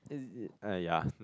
it's uh yeah